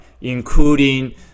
including